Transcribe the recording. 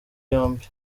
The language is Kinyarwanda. yombi